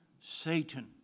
Satan